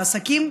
העסקים,